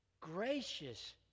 gracious